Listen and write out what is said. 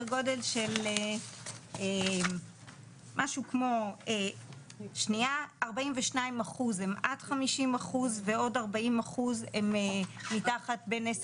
גודל של משהו כמו 42 אחוז הם עד 50 אחוז ועוד 40 אחוז הם מתחת בין 10